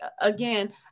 again